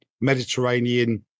Mediterranean